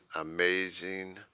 amazing